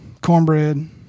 cornbread